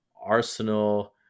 Arsenal